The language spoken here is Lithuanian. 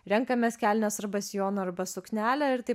renkamės kelnes arba sijoną arba suknelę ir tai